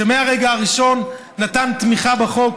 שמהרגע הראשון נתן תמיכה לחוק,